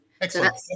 Excellent